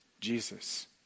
Jesus